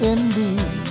Indeed